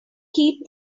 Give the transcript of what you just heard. keep